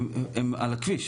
הם על הכביש.